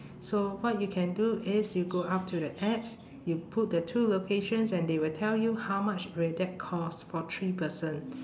so what you can do is you go up to the apps you put the two locations and they will tell you how much will that cost for three person